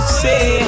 say